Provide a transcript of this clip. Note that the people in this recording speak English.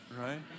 right